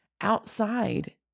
outside